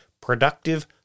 Productive